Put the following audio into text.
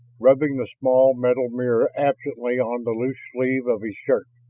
rubbing the small metal mirror absently on the loose sleeve of his shirt,